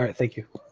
um thank you.